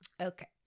Okay